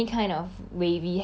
tall nose okay